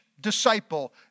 disciple